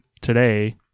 today